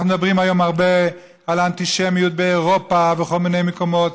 אנחנו מדברים היום הרבה על האנטישמיות באירופה ובכל מיני מקומות.